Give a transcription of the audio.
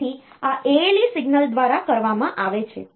તેથી આ ALE signal દ્વારા કરવામાં આવે છે